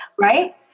Right